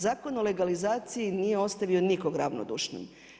Zakon o legalizaciji nije ostavio nikog ravnodušnim.